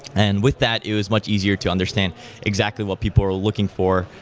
and with that, it was much easier to understand exactly what people are looking for,